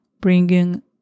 bringing